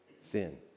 sin